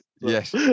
Yes